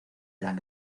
eran